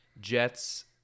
Jets